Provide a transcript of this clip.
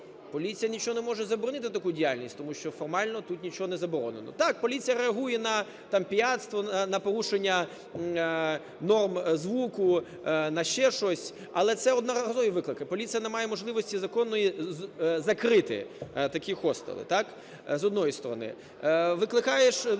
поліція нічого не може заборонити таку діяльність, тому що формально тут нічого не заборонено. Так поліція реагує на там пияцтво, на порушення норм звуку, на ще щось, але це одноразові виклики. Поліція немає можливості законної закрити такі хостели, з одної сторони.